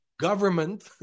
government